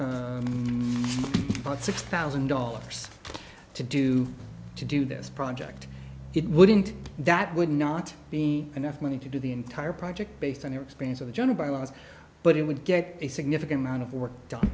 about six thousand dollars to do to do this project it wouldn't that would not be enough money to do the entire project based on your experience of gender bias but it would get a significant amount of work done